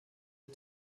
der